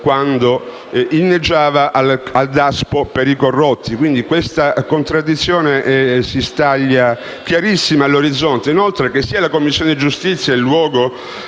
quando inneggiava al DASPO per i corrotti: questa contraddizione si staglia chiarissima all'orizzonte. Inoltre, che sia la Commissione giustizia il luogo